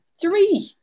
Three